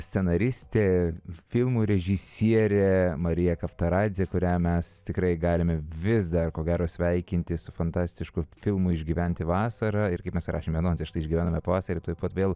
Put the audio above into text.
scenaristė filmų režisierė marija kaftaradzi kurią mes tikrai galime vis dar ko gero sveikinti su fantastišku filmu išgyventi vasarą ir kaip mes rašėme anonse štai išgyvenome pavasarį tuoj pat vėl